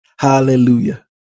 hallelujah